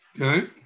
Okay